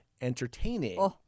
entertaining